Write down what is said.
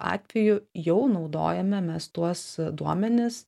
atveju jau naudojame mes tuos duomenis